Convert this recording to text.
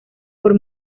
por